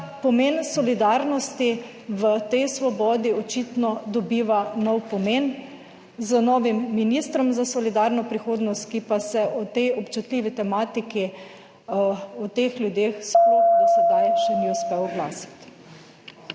pomen solidarnosti v tej svobodi očitno dobiva nov pomen z novim ministrom za solidarno prihodnost, ki pa se o tej občutljivi tematiki, o teh ljudeh sploh do sedaj še ni uspel oglasiti.